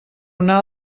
una